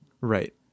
right